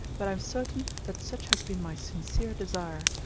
but i am certain that such has been my sincere desire,